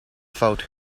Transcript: fout